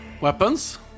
weapons